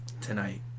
tonight